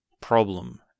problem